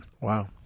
Wow